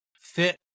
fit